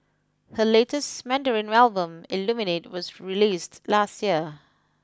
her latest Mandarin album Illuminate was released last year